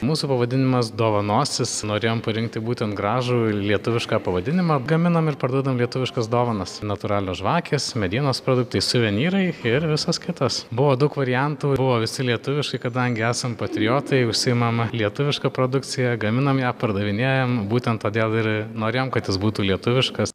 mūsų pavadinimas dovanosis norėjome parinkti būtent gražų lietuvišką pavadinimą gaminame ir parduodam lietuviškas dovanas natūralios žvakės medienos produktai suvenyrai ir visas kitas buvo daug variantų buvo visi lietuviškai kadangi esam patriotai užsiimam lietuviška produkcija gaminam ją pardavinėjam būtent todėl ir norėjom kad jis būtų lietuviškas